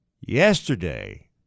yesterday